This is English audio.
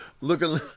looking